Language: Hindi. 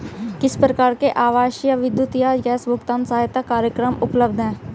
किस प्रकार के आवासीय विद्युत या गैस भुगतान सहायता कार्यक्रम उपलब्ध हैं?